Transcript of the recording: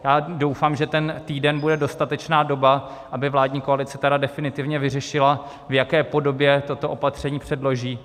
Já doufám, že ten týden bude dostatečná doba, aby vládní koalice tedy definitivně vyřešila, v jaké podobě toto opatření předloží.